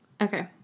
Okay